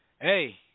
Hey